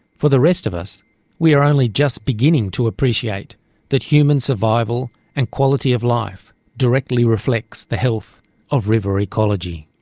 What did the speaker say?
for the rest of us we are only just beginning to appreciate that human survival and quality of life directly reflects the health of river ecology.